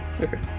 Okay